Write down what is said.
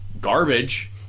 garbage